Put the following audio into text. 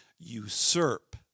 usurp